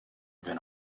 been